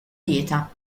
dieta